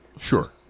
Sure